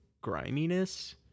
griminess